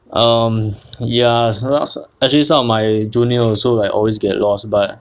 um ya someti~ actually some of my junior also like always get lost but